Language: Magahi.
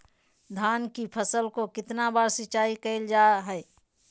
धान की फ़सल को कितना बार सिंचाई करल जा हाय?